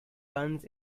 puns